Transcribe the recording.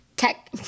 Tech